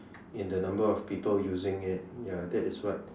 in the number of people using it ya that is what